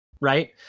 Right